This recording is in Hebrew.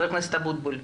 ח"כ אבוטבול בבקשה.